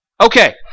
Okay